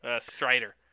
Strider